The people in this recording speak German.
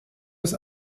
des